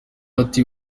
ati